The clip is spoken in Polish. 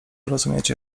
rozumiecie